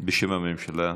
בשם הממשלה,